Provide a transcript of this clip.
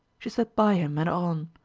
she slipped by him and on.